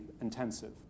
intensive